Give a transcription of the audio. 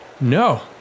No